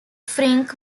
frink